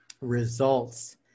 results